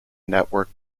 network